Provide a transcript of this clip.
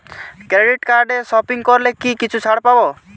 Credit কার্ডে shopping করলে কি কিছু ছাড় পাব?